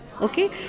okay